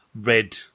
red